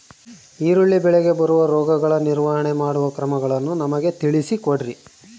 ಈರುಳ್ಳಿ ಬೆಳೆಗೆ ಬರುವ ರೋಗಗಳ ನಿರ್ವಹಣೆ ಮಾಡುವ ಕ್ರಮಗಳನ್ನು ನಮಗೆ ತಿಳಿಸಿ ಕೊಡ್ರಿ?